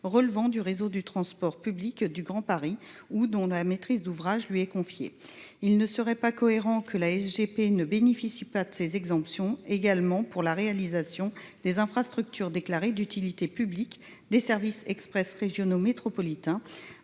relevant du réseau de transport publics du grand Paris ou dont la maîtrise d'ouvrage lui est confiée, il ne serait pas cohérent que la G p nee bénéficie pas de ces exemptions également pour la réalisation des infrastructures déclarées d'utilité publique des services express régionaux métropolitains